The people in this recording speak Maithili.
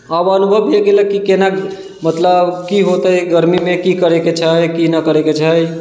अब अनुभव भए गेलक कि केना की मतलब की होतै गरमीमे की करेके छै की नहि करेके छै